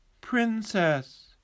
princess